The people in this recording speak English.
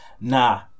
nah